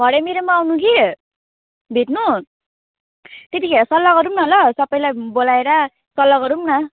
भरे मेरोमा आउनु कि भेट्नु त्यतिखेर सल्लाह गरौँ न ल सबैलाई बोलाएर सल्लाह गरौँ न